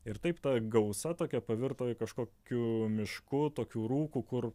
ir taip ta gausa tokia pavirto į kažkokiu mišku tokiu rūku kur